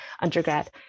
undergrad